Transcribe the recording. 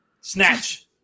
Snatch